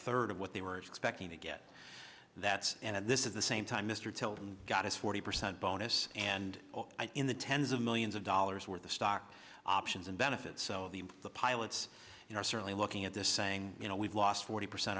third of what they were expecting to get that and this is the same time mr tilden got his forty percent bonus and in the tens of millions of dollars worth of stock options and benefits so the pilots are certainly looking at this saying you know we've lost forty percent